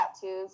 tattoos